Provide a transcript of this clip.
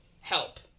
help